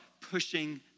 pushing